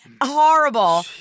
horrible